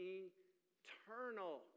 eternal